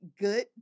good